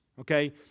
okay